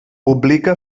publica